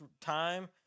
time